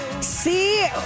see